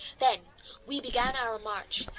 then we began our march,